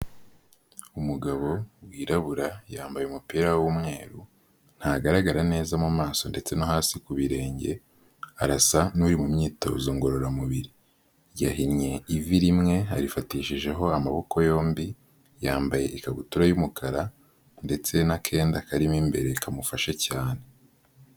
Umugabo wirabura yambaye umupira w'umweru ntagaragara neza mu maso ndetse no hasi ku birenge arasa n'uri mu myitozo ngororamubiri, yahinnye ivi rimwe arifatishijeho amaboko yombi yambaye ikabutura y'umukara ndetse n'akenda karimo imbere kamufasha cyane.